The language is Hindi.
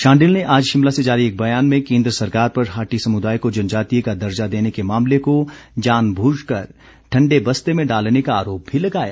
शांडिल ने आज शिमला से जारी एक बयान में केन्द्र सरकार पर हाटी समुदाय को जनजातीय का दर्जा देने के मामले को जानबूझ कर ठण्डे बस्ते में डालने का आरोप भी लगाया